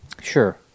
Sure